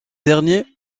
dernier